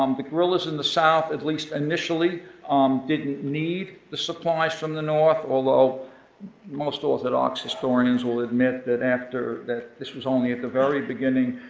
um the guerrillas in the south at least initially um didn't need the supplies from the north, although most orthodox historians will admit that after this was only at the very beginning.